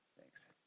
thanks